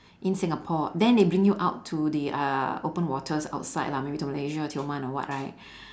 in singapore then they bring you out to the uh open waters outside lah maybe to malaysia tioman or what right